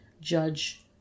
judge